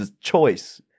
choice